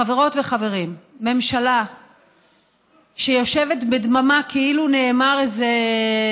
חברות וחברים, ממשלה שיושבת בדממה כאילו נאמר איזה